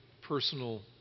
personal